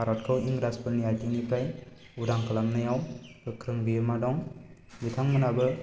भारतखौ इंराजफोरनि आइथिंनिफ्राय उदां खालामनायाव गोख्रों बिहोमा दं बिथांमोनहाबो